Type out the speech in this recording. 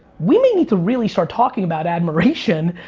we may need to really start talking about admiration.